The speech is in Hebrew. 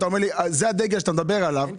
זה הדגל שאתה מדבר עליו --- אין קשר.